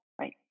right